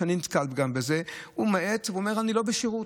הוא מאט ואומר: אני לא בשירות,